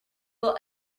will